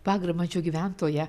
pagramančio gyventoja